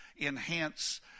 enhance